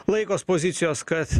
laikos pozicijos kad